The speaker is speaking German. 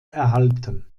erhalten